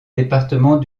départements